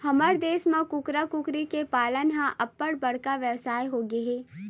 हमर देस म कुकरा, कुकरी के पालन ह अब्बड़ बड़का बेवसाय होगे हे